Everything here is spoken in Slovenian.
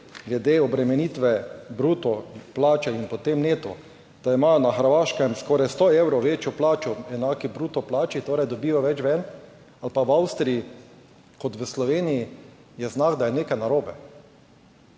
glede obremenitve bruto plače in potem neto, da imajo na Hrvaškem skoraj 100 evrov večjo plačo ob enaki bruto plači, torej dobijo več ven, ali pa v Avstriji, kot v Sloveniji, je znak, da je nekaj narobe.